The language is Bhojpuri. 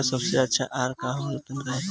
मुर्गी के सबसे अच्छा आहार का होला तनी बताई?